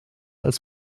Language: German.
als